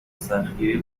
سختگیری